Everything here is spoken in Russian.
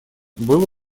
было